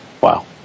Wow